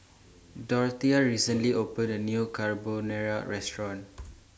Dorthea recently opened A New Carbonara Restaurant